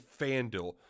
FanDuel